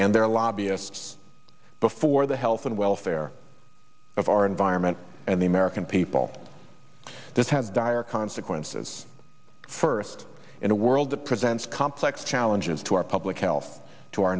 and their lobbyists before the health and welfare of our environment and the american people this have dire consequences first in a world presents complex challenges to our public health to our